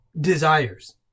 desires